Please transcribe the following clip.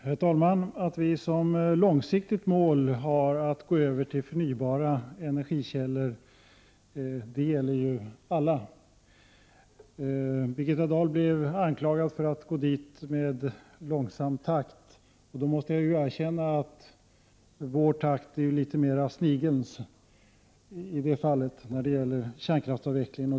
Herr talman! Alla partier har som långsiktigt mål att vi i Sverige skall övergå till att använda förnybara energikällor. Birgitta Dahl anklagades för att gå mot detta mål i långsam takt. Jag måste erkänna att vår takt är mer lik snigelns när det gäller kärnkraftsavvecklingen.